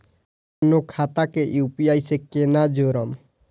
अपनो खाता के यू.पी.आई से केना जोरम?